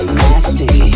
nasty